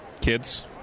Kids